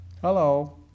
hello